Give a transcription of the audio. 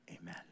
amen